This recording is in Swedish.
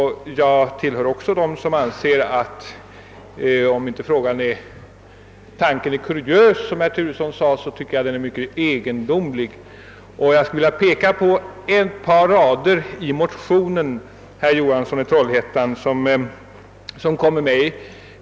Jag tillhör dem som anser att frågan är inte bara kuriös, som herr Turesson sade, utan också mycket egendomlig. om »experiment», herr Johansson i Trollhättan.